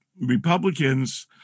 Republicans